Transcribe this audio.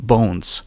Bones